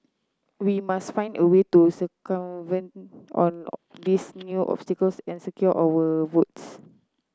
we must find a way to circumvent all these new obstacles and secure our votes